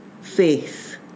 faith